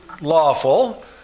lawful